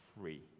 free